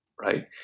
right